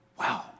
Wow